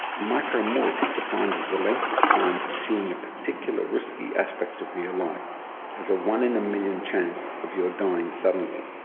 a micromort is defined as the length of time pursuing a particular risky aspect of your life has a one in a million chance of your dying suddenly.